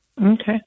Okay